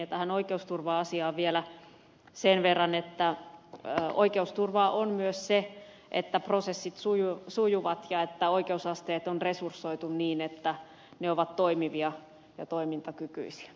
ja tähän oikeusturva asiaan vielä sen verran että oikeusturvaa on myös se että prosessit sujuvat ja että oikeusasteet on resursoitu niin että ne ovat toimivia ja toimintakykyisiä